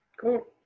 cool